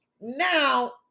now